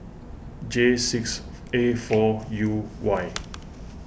J six A four U Y